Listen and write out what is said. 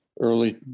early